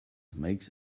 makes